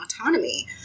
autonomy